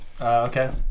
okay